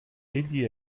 egli